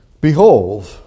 Behold